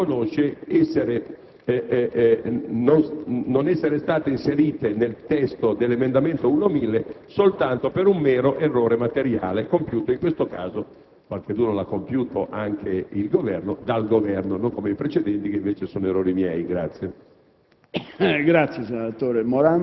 che la Commissione unanimemente riconosce non essere state inserite nel testo dell'emendamento 1.1000 soltanto per un mero errore materiale compiuto in questo caso dal Governo (qualche errore l'ha compiuto anche il Governo), diversamente da quelli precedenti che invece sono errori miei.